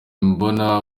mbona